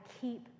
keep